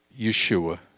Yeshua